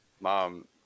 mom